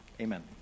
Amen